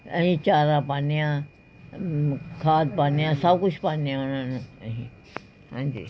ਅਸੀਂ ਚਾਰਾ ਪਾਉਂਦੇ ਹਾਂ ਖਾਦ ਪਾਉਂਦੇ ਹਾਂ ਸਭ ਕੁਛ ਪਾਉਂਦੇ ਹਾਂ ਉਹਨਾਂ ਨੂੰ ਅਸੀਂ ਹਾਂਜੀ